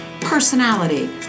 personality